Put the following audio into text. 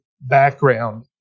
background